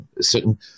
certain